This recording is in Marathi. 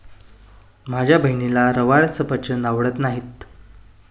माझ्या बहिणीला रवाळ सफरचंद आवडत नाहीत